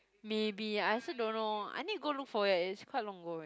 maybe I also don't know I need to go for it it's quite long ago already